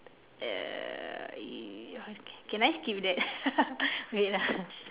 uh can I skip that wait ah